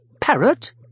Parrot